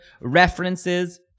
references